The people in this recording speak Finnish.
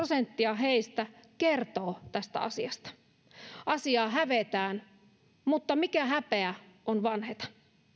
prosenttia heistä kertoo tästä asiasta asiaa hävetään mutta mikä häpeä on vanheta